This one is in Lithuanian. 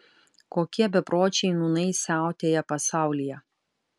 kokie bepročiai nūnai siautėja pasaulyje